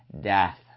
death